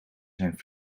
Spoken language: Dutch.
zijn